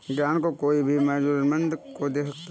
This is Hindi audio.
ग्रांट को कोई भी किसी भी जरूरतमन्द को दे सकता है